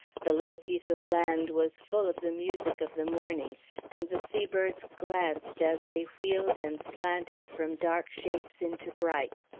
the little piece of land was full of the music of the morning and the sea-birds glanced as they wheeled and slanted from dark shapes into bright.